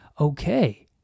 Okay